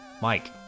Mike